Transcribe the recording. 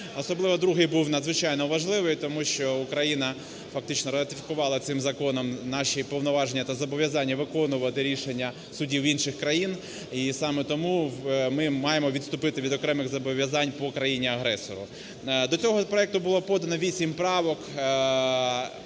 Особливо другий був надзвичайно важливий, тому що Україна фактично ратифікувала цим законом наші повноваження та зобов'язання виконувати рішення судів інших країн. І саме тому ми маємо відступити від окремих зобов'язань по країні-агресору. До цього проекту було подано 8 правок.